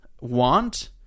want